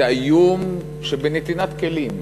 את האיום שבנתינת כלים,